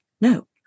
no